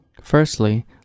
Firstly